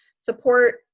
support